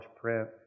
print